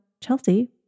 Chelsea